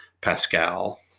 Pascal